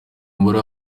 umubare